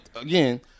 Again